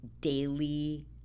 daily